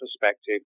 perspective